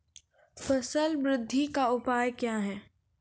फसल बृद्धि का उपाय क्या हैं?